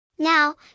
Now